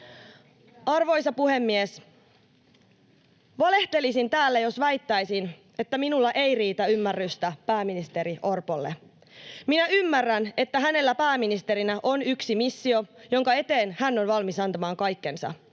Arvoisa puhemies! Valehtelisin täällä, jos väittäisin, että minulla ei riitä ymmärrystä pääministeri Orpolle. Minä ymmärrän, että hänellä pääministerinä on yksi missio, jonka eteen hän on valmis antamaan kaikkensa.